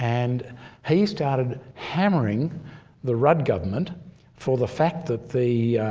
and he started hammering the rudd government for the fact that the